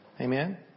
Amen